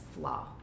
flaw